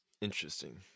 Interesting